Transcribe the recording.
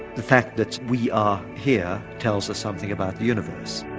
the fact that we are here tells us something about the universe.